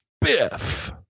biff